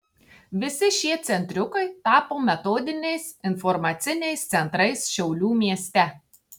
visi šie centriukai tapo metodiniais informaciniais centrais šiaulių mieste